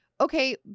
Okay